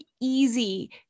easy